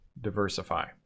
diversify